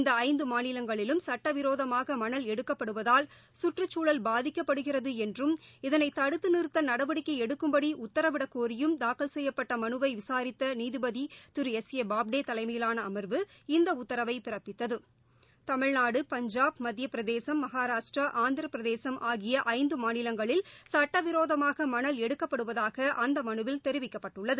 இந்தஐந்துமாநிலங்களிலும் சுட்டவிரோதமாகமணல் எடுக்கப்படுவதால் சுற்றுச்சூழல் இதனைதடுத்துறிறுத்தநடவடிக்கைஎடுக்கும்படிஉத்தரவிடக்கோரியும் பாதிக்கப்படுகிறதுஎன்றும் தாக்கல் செய்யப்பட்டமனுவைவிசாரித்தநீதிபதிதிரு எஸ் ஏ பாப்டேதலைமையிலானஅமா்வு இந்தஉத்தரவைபிறப்பித்தது தமிழ்நாடு பஞ்சாப் மத்தியபிரதேஷ் மகாராஷ்டிரா ஆந்திரபிரதேஷ் ஆகியஐந்துமாநிலங்களில் சட்டவிரோதமாகமணல் எடுக்கப்படுவதாகஅந்தமனுவில் தெரிவிக்கப்பட்டுள்ளது